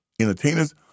entertainers